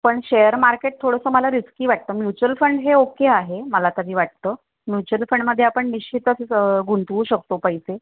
पण share market थोडंसं मला रिस्की वाटतं म्युच्युअल फंड हे ओके आहे मला तरी वाटतं म्युच्युअल फंडमध्ये आपण निश्चितच गुंतवू शकतो पैसे